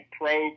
pro